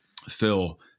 Phil